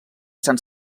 sant